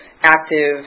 active